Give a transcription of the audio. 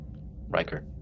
Riker